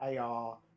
ar